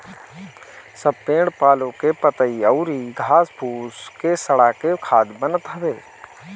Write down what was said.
सब पेड़ पालो के पतइ अउरी घास फूस के सड़ा के खाद बनत हवे